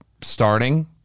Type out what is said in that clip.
starting